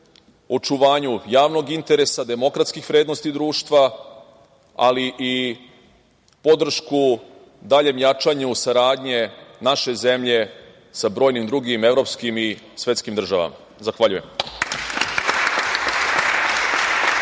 očuvanju javnog interesa, demokratskih vrednosti društva, ali i podršku daljem jačanju saradnje naše zemlje sa brojnim drugim evropskim i svetskim državama. Zahvaljujem.